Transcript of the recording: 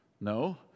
No